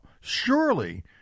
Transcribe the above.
surely